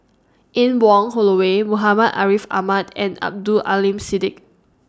Anne Wong Holloway Muhammad Ariff Ahmad and Abdul Aleem Siddique